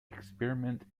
experiment